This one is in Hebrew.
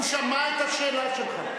הוא שמע את השאלה שלך.